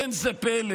אין זה פלא,